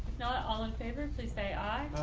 not all in favor please say aye.